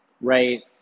right